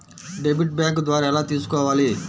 Debit bank ద్వారా ఎలా తీసుకోవాలి?